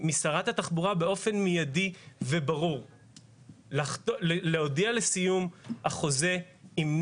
משרת התחבורה באופן מידי וברור להודיע לסיום החוזה עם נצבא,